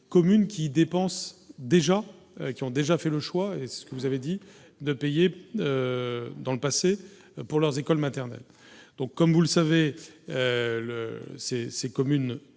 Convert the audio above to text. communes qui dépensent des gens qui ont déjà fait le choix et ce que vous avez dit de payer dans le passé pour leurs écoles maternelles, donc comme vous le savez le ces ces communes